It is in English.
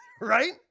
right